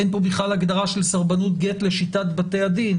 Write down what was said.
אין פה בכלל הגדרה של סרבנות גט לשיטת בתי הדין.